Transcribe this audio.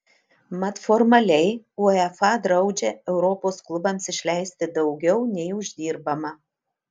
mat formaliai uefa draudžia europos klubams išleisti daugiau nei uždirbama